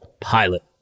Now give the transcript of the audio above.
Pilot